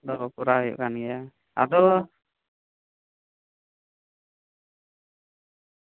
ᱫᱚ ᱠᱚᱨᱟᱣ ᱦᱩᱭᱩᱜ ᱠᱟᱱ ᱜᱮᱭᱟ ᱟᱫᱚ